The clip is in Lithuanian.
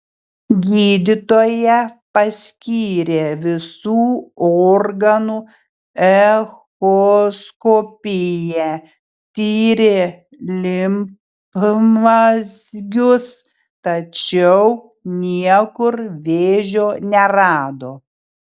gydytoja paskyrė visų organų echoskopiją tyrė limfmazgius tačiau niekur vėžio nerado